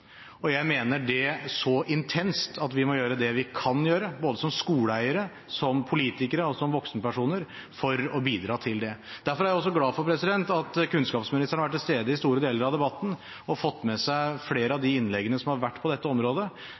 og jeg mener det så intenst at vi må gjøre det vi kan gjøre, både som skoleeiere, som politikere og som voksenpersoner, for å bidra til det. Derfor er jeg også glad for at kunnskapsministeren har vært til stede under store deler av debatten og fått med seg flere av de innleggene som har vært på dette området.